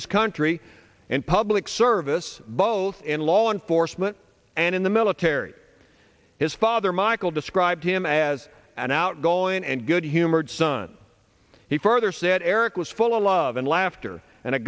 his country and public service both in law enforcement and in the military his father michael described him as an outgoing and good humored son he further said eric was full of love and laughter and a